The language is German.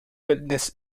wildnis